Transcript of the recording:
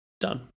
done